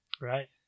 Right